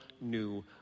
new